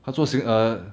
他说 sing~ err